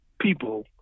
people